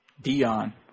Dion